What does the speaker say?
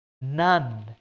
none